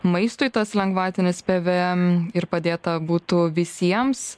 maistui tas lengvatinis pvm ir padėta būtų visiems